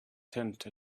tent